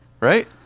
Right